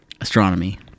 Astronomy